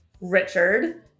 Richard